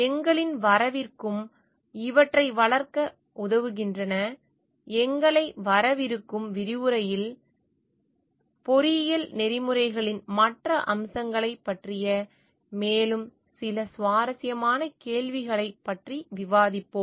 எங்களின் வரவிருக்கும் விரிவுரையில் பொறியியல் நெறிமுறைகளின் மற்ற அம்சங்களைப் பற்றிய மேலும் சில சுவாரஸ்யமான கேள்விகளைப் பற்றி விவாதிப்போம்